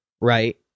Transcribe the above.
right